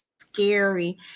scary